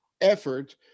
effort